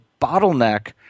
bottleneck